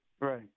Right